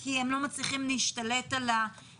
כי הם לא מצליחים להשתלט על העניין?